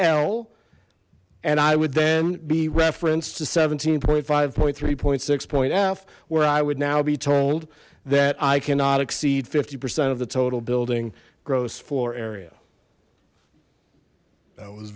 el and i would then be reference to seventeen point five point three point six point f where i would now be told that i cannot exceed fifty percent of the total building gross floor area that was